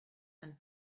and